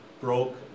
broke